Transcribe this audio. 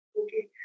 Okay